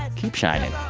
keep shining.